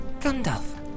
Gundalf